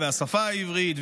השפה העברית,